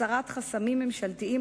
הסרת חסמים ממשלתיים,